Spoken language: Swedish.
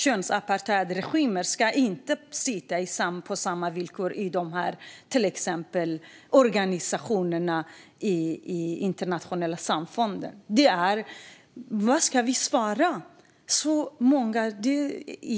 Könsapartheidregimer ska inte sitta på samma villkor i organisationer i det internationella samfundet.